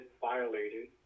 violated